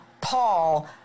Paul